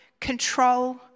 control